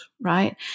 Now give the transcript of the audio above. right